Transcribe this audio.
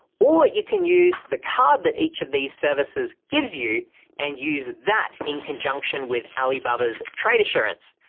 or you can use the card that each of these services gives you and use that in conjunction with alibaba's trade assurance.